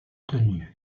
tenues